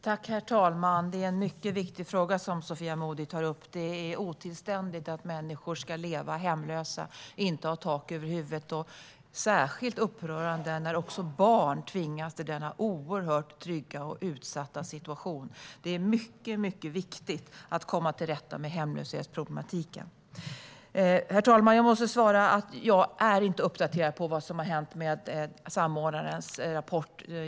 Herr talman! Det är en mycket viktig fråga som Sofia Modigh tar upp. Det är otillständigt att människor ska leva hemlösa och inte ha tak över huvudet. Det är särskilt upprörande när också barn tvingas till denna oerhört otrygga och utsatta situation. Det är mycket viktigt att komma till rätta med hemlöshetsproblematiken. Herr talman! Jag måste svara att jag inte är uppdaterad om vad som har hänt med samordnarens rapport.